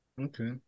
Okay